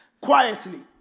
quietly